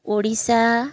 Odisha